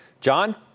John